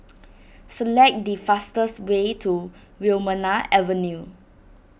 select the fastest way to Wilmonar Avenue